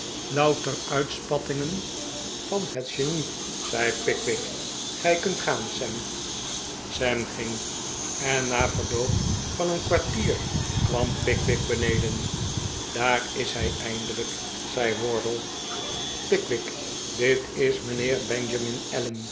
louter uitspattingen van het genie zei pickwick gij kunt gaan sam sam gingj en na verloop van een kwartier kwam pickwick beneden daar is hij eindelijk zei wardle pickwick dit is mijnheer benjamin